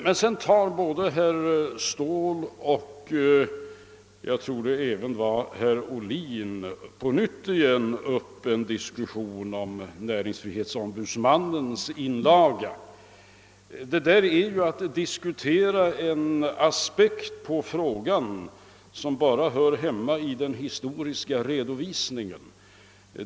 Sedan tog både herr Ståhl och herr Ohlin på nytt upp en diskussion om näringsfrihetsombudsmannens <:inlaga, men detta är ju att diskutera en aspekt på frågan som bara hör hemma i den historiska redovisningen.